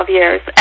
years